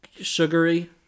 sugary